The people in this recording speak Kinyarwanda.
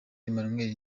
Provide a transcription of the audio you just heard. emmanuel